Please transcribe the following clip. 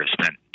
spent